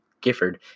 Gifford